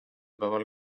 päeval